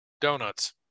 Donuts